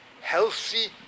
healthy